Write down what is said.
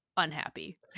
unhappy